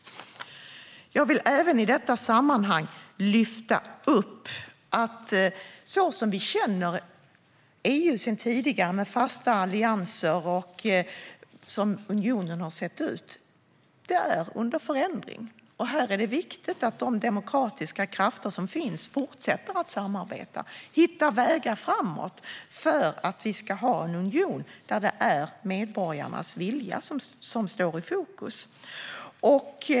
Jag vill i detta sammanhang även lyfta upp att det EU som vi känner sedan tidigare, med fasta allianser, är under förändring. Här är det viktigt att de demokratiska krafter som finns fortsätter att samarbeta och hitta vägar framåt för att vi ska ha en union där medborgarnas vilja står i fokus.